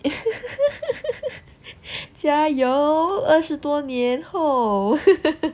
加油二十多年后